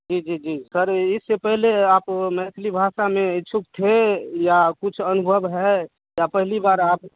जी जी जी सर इ इससे पहले अ आप मैथिली भाषा में इच्छुक थे या कुछ अनुभव है या पहली बार आप